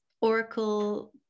oracle